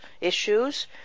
issues